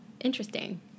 Interesting